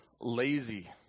lazy